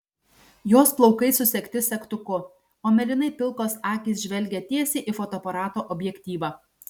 jos plaukai susegti segtuku o mėlynai pilkos akys žvelgia tiesiai į fotoaparato objektyvą